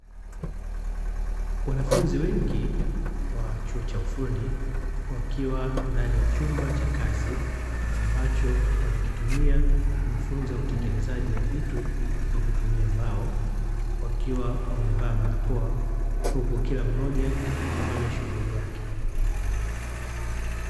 Wanafunzi wengi wa chuo cha ufundi wakiwa ndani ya chumba cha kazi ambacho wanakitumia kujifunza utengenezaji wa vitu kwa kutumia mbao, wakiwa wamevaa barakoa huku kila mmoja akifanya shughuli yake.